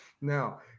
Now